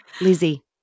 Lizzie